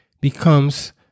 becomes